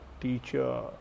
teacher